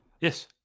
Yes